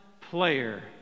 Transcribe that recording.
player